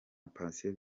patient